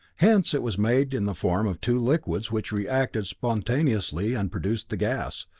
hence it was made in the form of two liquids which reacted spontaneously and produced the gas,